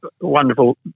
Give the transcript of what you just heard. wonderful